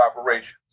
operations